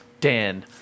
Dan